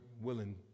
willing